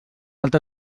altra